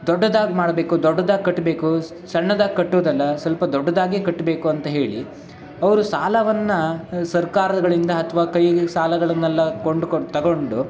ದೊಡ್ಡದಾಗಿ ಮಾಡಬೇಕು ದೊಡ್ಡ್ದಾಗಿ ಕಟ್ಟಬೇಕು ಸ್ ಸಣ್ಣದಾಗಿ ಕಟ್ಟೋದಲ್ಲ ಸ್ವಲ್ಪ ದೊಡ್ಡದಾಗೇ ಕಟ್ಟಬೇಕು ಅಂತ ಹೇಳಿ ಅವರು ಸಾಲವನ್ನು ಸರ್ಕಾರಗಳಿಂದ ಅಥವಾ ಕೈ ಸಾಲಗಳನ್ನೆಲ್ಲ ಕೊಂಡುಕೊನ್ ತೊಗೊಂಡು